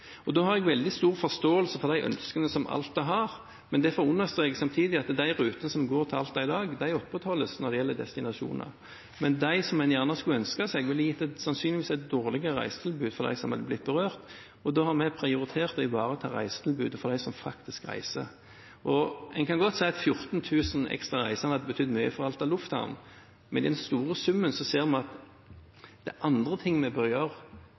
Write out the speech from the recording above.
ønskene som Alta har, derfor understreker jeg samtidig at de rutene som går til Alta i dag, opprettholdes når det gjelder destinasjoner. Men de som en gjerne skulle ønsket seg, ville sannsynligvis gitt et dårligere reisetilbud for dem som hadde blitt berørt, og da har vi prioritert å ivareta reisetilbudet for dem som faktisk reiser. En kan godt si at 14 000 ekstra reisende hadde betydd mye for Alta lufthavn, men i den store summen ser vi at det er andre ting vi bør gjøre